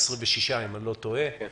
126, אם אינני טועה.